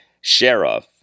Sheriff